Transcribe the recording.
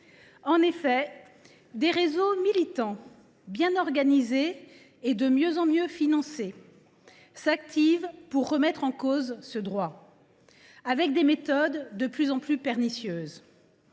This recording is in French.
De fait, des réseaux militants, bien organisés et de mieux en mieux financés, s’activent pour remettre en cause ce droit, avec des méthodes de plus en plus pernicieuses.